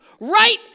RIGHT